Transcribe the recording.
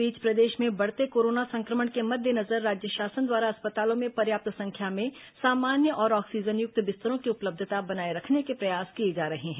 इस बीच प्रदेश में बढ़ते कोरोना संक्रमण के मद्देनजर राज्य शासन द्वारा अस्पतालों में पर्याप्त संख्या में सामान्य और ऑक्सीजनयुक्त बिस्तरों की उपलब्धता बनाए रखने के प्रयास किए जा रहे हैं